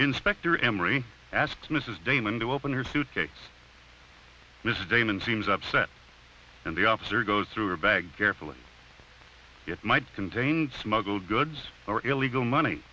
inspector emery asked mrs damon to open her suitcase mrs damon seems upset and the officer goes through her bag carefully it might contain smuggled goods for illegal money